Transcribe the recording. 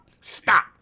stop